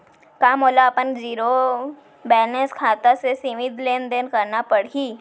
का मोला अपन जीरो बैलेंस खाता से सीमित लेनदेन करना पड़हि?